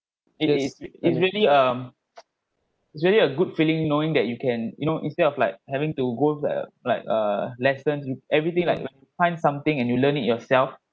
it is its really um its really a good feeling knowing that you can you know instead of like having to go like uh like uh lessons you everything like when you find something and you learn it yourself